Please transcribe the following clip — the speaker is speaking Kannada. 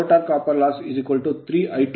ಈಗ rotor copper loss ರೋಟರ್ ತಾಮ್ರದ ನಷ್ಟ 3 I22 r21